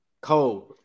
cold